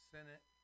Senate